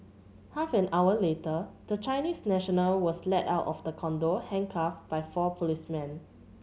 half an hour later the Chinese national was led out of the condo handcuffed by four policemen